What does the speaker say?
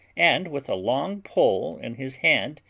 and, with a long pole in his hand,